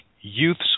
youths